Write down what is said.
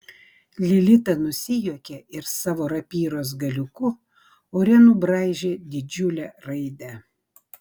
lilita nusijuokė ir savo rapyros galiuku ore nubraižė didžiulę raidę